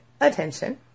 attention